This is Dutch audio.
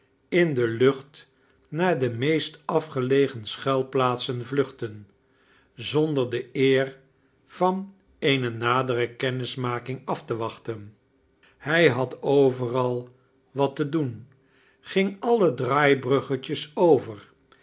in de lucht naar de meest afgelegen schuilplaatsen vluchtten zonder de eer van eene nadere kennismaking af te wachten hij had overal wat te doen ging alle draaibrugget jes over